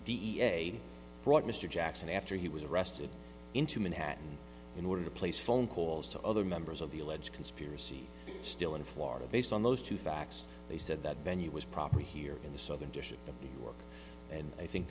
a brought mr jackson after he was arrested into manhattan in order to place phone calls to other members of the alleged conspiracy still in florida based on those two facts they said that venue was proper here in the southern district of new york and i think